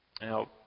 Now